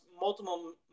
multiple